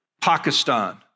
Pakistan